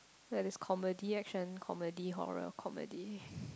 like there's comedy action comedy horror comedy